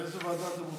לאיזו ועדה אתם רוצים?